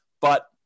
but-